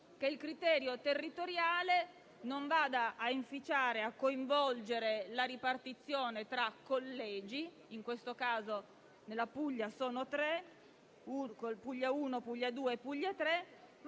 che il criterio territoriale non va a inficiare e coinvolgere la ripartizione tra collegi (nel caso della Puglia sono tre: Puglia 1, Puglia 2 e Puglia 3),